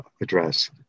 address